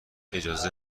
اجازه